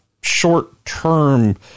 Short-term